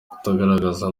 kutagaragara